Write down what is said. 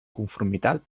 conformitat